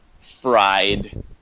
fried